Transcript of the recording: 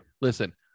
Listen